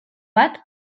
bat